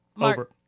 Over